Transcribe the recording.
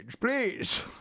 please